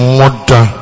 mother